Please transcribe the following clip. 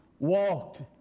walked